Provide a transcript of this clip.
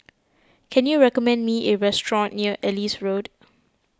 can you recommend me a restaurant near Ellis Road